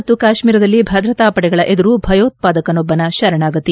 ಜಮ್ನು ಮತ್ತು ಕಾಶ್ವೀರದಲ್ಲಿ ಭದ್ರತಾ ಪಡೆಗಳ ಎದರು ಭಯೋತ್ವಾದಕನೊಬ್ಲನ ಶರಣಾಗತಿ